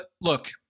look